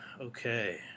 Okay